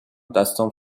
دستام